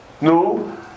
No